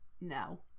no